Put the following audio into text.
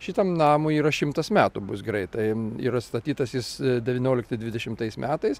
šitam namui yra šimtas metų bus greitai ir atstatytas jis devyniolikti dvidešimt metais